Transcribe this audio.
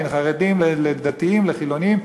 בין חרדים לדתיים וחילונים.